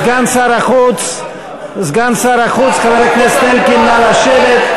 סגן שר החוץ חבר הכנסת אלקין, נא לשבת.